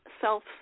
self